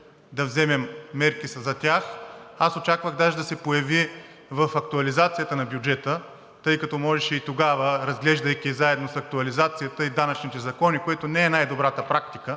да вземем мерки. Аз очаквах даже да се появи в актуализацията на бюджета, тъй като можеше и тогава, разглеждайки заедно с актуализацията, и данъчните закони, което не е най-добрата практика.